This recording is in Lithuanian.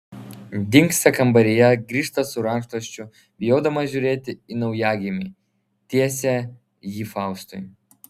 dingsta kambaryje grįžta su rankšluosčiu bijodama žiūrėti į naujagimį tiesia jį faustui